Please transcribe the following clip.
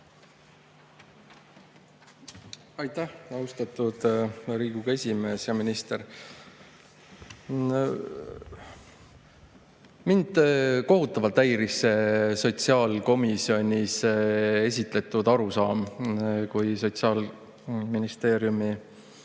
Aitäh, austatud Riigikogu esimees! Hea minister! Mind kohutavalt häiris sotsiaalkomisjonis esitatud arusaam, kui Sotsiaalministeeriumi